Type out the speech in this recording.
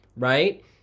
right